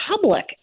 public